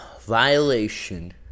violation